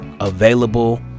Available